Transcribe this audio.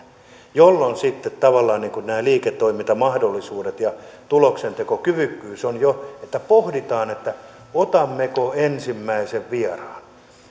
jolloin sitten tavallaan nämä liiketoimintamahdollisuudet ja tuloksentekokyvykkyys ovat jo mutta pohditaan että otammeko ensimmäisen vieraan